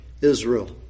Israel